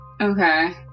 Okay